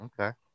okay